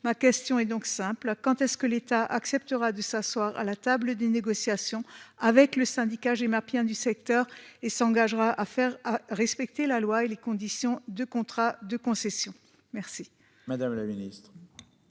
Ma question est donc simple, quand est-ce que l'État acceptera de s'asseoir à la table des négociations avec le syndicat. J'ai ma pierre du secteur et s'engagera à faire respecter la loi et les conditions de contrat de concession. Merci. Madame la Ministre.